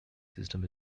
system